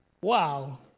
Wow